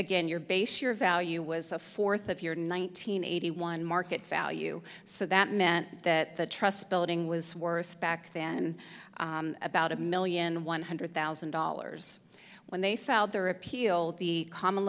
again your base your value was a fourth of your nineteen eighty one market value so that meant that the trust building was worth back then about a million one hundred thousand dollars when they felt their appeal the common